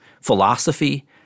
philosophy